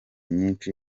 nyinshi